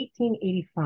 1885